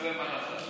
תעשה להם הנחה.